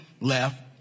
left